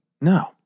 No